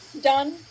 done